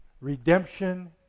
Redemption